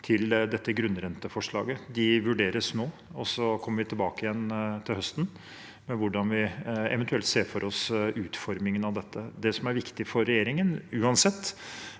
til dette grunnrenteforslaget. De vurderes nå, og så kommer vi tilbake igjen til høsten med hvordan vi eventuelt ser for oss utformingen av dette. Det som uansett er viktig for regjeringen,